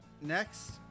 Next